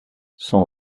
son